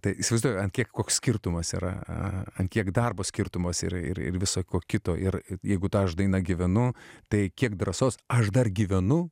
tai įsivaizduoji ant kiek koks skirtumas yra ant kiek darbo skirtumas yra ir ir viso ko kito ir jeigu ta aš daina gyvenu tai kiek drąsos aš dar gyvenu